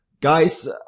guys